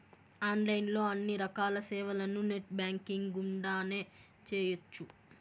online లో అన్ని రకాల సేవలను నెట్ బ్యాంకింగ్ గుండానే చేయ్యొచ్చు